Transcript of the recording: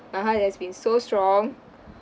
my heart has been so strong